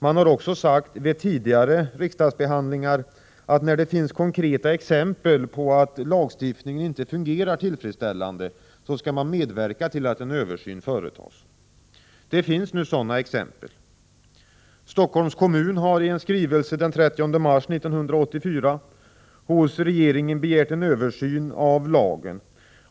Man har vid tidigare riksdagsbehandlingar också sagt att när det finns konkreta exempel på att lagstiftningen inte fungerar tillfredsställande skall man medverka till att en översyn företas. Det finns nu sådana exempel. Stockholms kommun har i en skrivelse den 30 mars 1984 hos regeringen begärt en översyn av lagen.